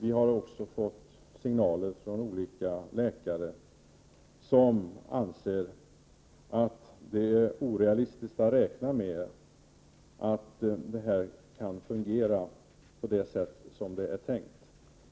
Vi har även fått signaler från olika läkare, som anser att det är orealistiskt att räkna med att det här kommer att fungera på det sätt som man tänkt sig.